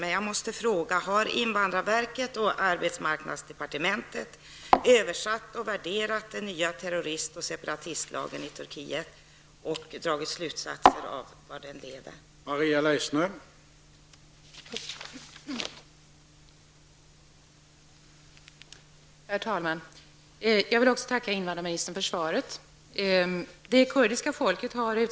Jag vill därför fråga: Har invandrarverket och arbetsmarknadsdepartementet översatt och värderat den nya terrorist och separatistlagen i Turkiet och dragit slutsatser av vad den leder till?